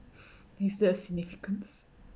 is there a significants